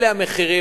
אלה המחירים.